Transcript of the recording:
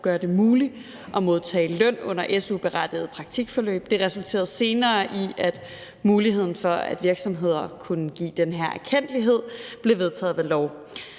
gøre det muligt at modtage løn under su-berettigede praktikforløb. Det resulterede senere i, at muligheden for, at virksomheder kunne give den her erkendtlighed, blev vedtaget ved lov.